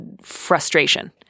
frustration